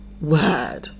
word